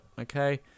okay